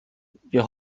wir